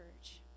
church